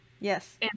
Yes